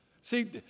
See